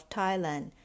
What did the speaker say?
Thailand